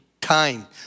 time